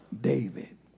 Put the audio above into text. David